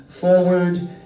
forward